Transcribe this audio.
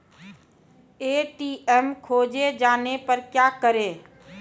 ATM खोजे जाने पर क्या करें?